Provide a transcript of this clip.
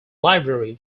library